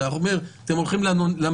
אתה אומר: אתם הולכים למלונית,